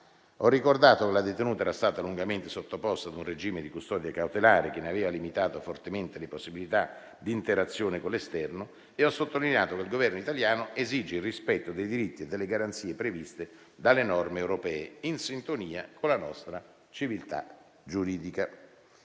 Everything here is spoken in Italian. Ho ricordato che la detenuta era stata lungamente sottoposta a un regime di custodia cautelare che ne aveva limitato fortemente le possibilità di interazione con l'esterno e ho sottolineato che il Governo italiano esige il rispetto dei diritti e delle garanzie previste dalle norme europee, in sintonia con la nostra civiltà giuridica.